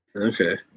Okay